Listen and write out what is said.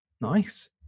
nice